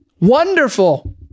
Wonderful